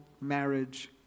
marriage